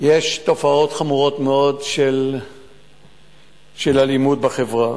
יש תופעות חמורות מאוד של אלימות בחברה